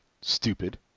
Stupid